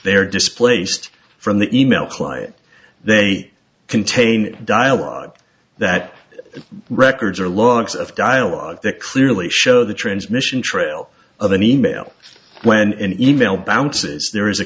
they are displaced from the email client they contain dialogue that records are logs of dialogue that clearly show the transmission trail of an email when an email bounces there is a